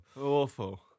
Awful